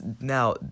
Now